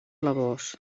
blavós